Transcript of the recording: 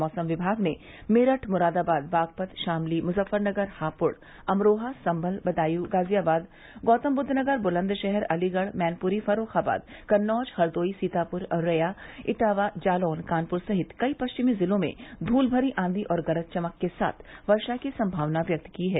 मौसम विभाग ने मेरठ मुरादाबाद बागपत शामली मुजफ्फरनगर हापुड़ अमरोहा सम्भल बदायूं गाजियाबाद गौतम बुद्व नगर बुलन्दशहर अलीगढ़ मैनपुरी फर्रूखाबाद कन्नौज हरदोई सीतापुर औरेया इटावा जालौन कानपुर सहित कई परिचमी जिलों में धूल भरी आंधी और गरज चमक के साथ वर्षा की सम्मावना व्यक्त की है